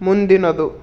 ಮುಂದಿನದು